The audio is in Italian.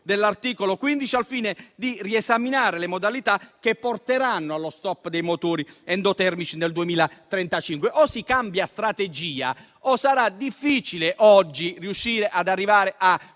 dell'articolo 15, al fine di riesaminare le modalità che porteranno allo *stop* dei motori endotermici nel 2035. O si cambia strategia, o sarà difficile riuscire ad arrivare a